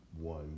one